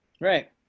Right